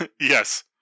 Yes